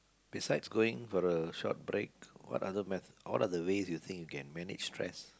is that's going gonna short break what other meth~ what are the ways you think you can manage stress